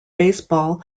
baseball